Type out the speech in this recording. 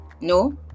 no